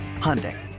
Hyundai